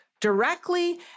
directly